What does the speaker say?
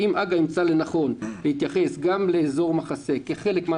אם הג"א ימצא לנכון להתייחס גם לאזור מחסה כחלק מן